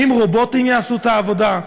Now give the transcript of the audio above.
האם רובוטים יעשו את העבודה?